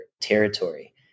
territory